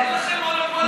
אין לכם מונופול על השלום.